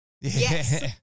Yes